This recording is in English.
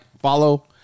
follow